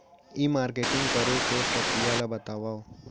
ई marketing करे के प्रक्रिया ला बतावव?